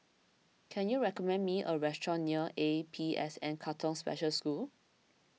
can you recommend me a restaurant near A P S N Katong Special School